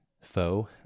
foe